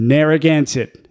Narragansett